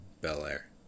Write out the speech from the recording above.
Belair